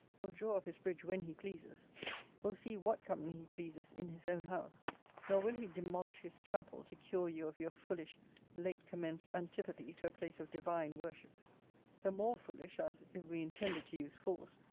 will draw up his bridge when he pleases will see what company he pleases in his own house nor will he demolish his chapel to cure you of your foolish late-commenced antipathy to a place of divine worship the more foolish, as, if we intended to use force,